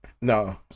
No